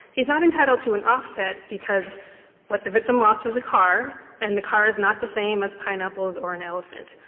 he's not entitled to an offset, because what the victim lost was a car and the car is not the same as pineapples or an elephant.